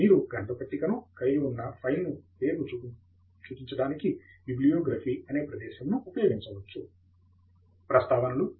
మీరు గ్రంథ పట్టికను కలిగి ఉన్న ఫైల్ పేరును సూచించడానికి బిబిలోగ్రఫి అనే ఆదేశమును ఉపయోగించవచ్చు ప్రస్తావనలు